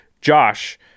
Josh